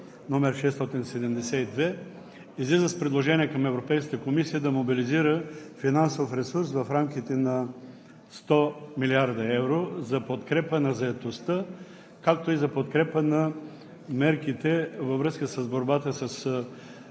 № 672 излиза с предложение към Европейската комисия да мобилизира финансов ресурс в рамките на 100 млрд. евро за подкрепа на заетостта, както и за подкрепа на мерките във връзка с борбата с